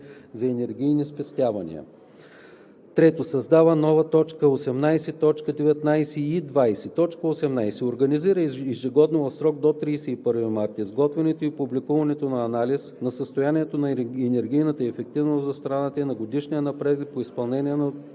за енергийни спестявания;“. 3. Създават се нова т. 18 и т. 19 и 20: „18. организира ежегодно в срок до 31 март изготвянето и публикуването на анализ на състоянието на енергийната ефективност в страната и на годишния напредък по изпълнението на